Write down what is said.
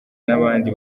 n’abandi